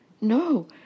No